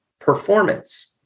performance